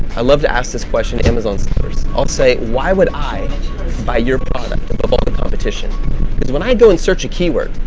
i love to ask this question to amazon stores. i'll say why would i buy your product above all the competition is when i go and search a keyword,